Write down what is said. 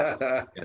yes